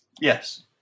Yes